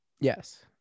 Yes